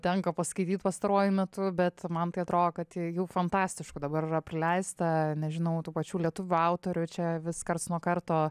tenka paskaityt pastaruoju metu bet man tai atrodo kad jų fantastiškų dabar yra prileista nežinau tų pačių lietuvių autorių čia vis karts nuo karto